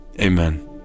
amen